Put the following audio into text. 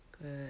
Good